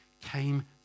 came